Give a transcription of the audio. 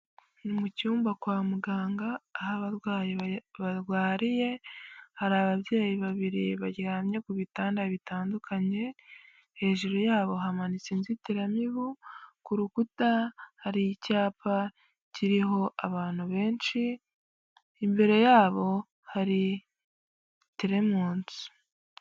Mu cyumba kwa muganga aho abarwayi barwariye hari ababyeyi babiri baryamye ku bitanda bitandukanye, hejuru yabo hamanitse inzitiramibu, ku rukuta hari icyapa kiriho abantu benshi imbere yabo hari teremusi.